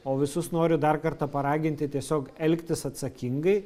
o visus noriu dar kartą paraginti tiesiog elgtis atsakingai